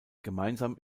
gemeinsam